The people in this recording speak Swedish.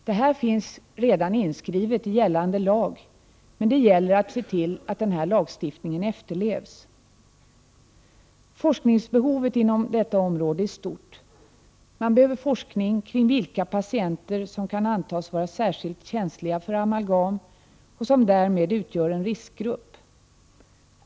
Detta finns redan inskrivet i gällande lag, men det gäller att se till att denna lagstiftning efterlevs. Forskningsbehovet inom detta området är stort. Man behöver forskning kring vilka patienter som kan antas vara särskilt känsliga för amalgam, och som därmed utgör en riskgrupp.